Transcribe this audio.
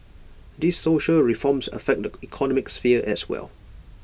these social reforms affect the economic sphere as well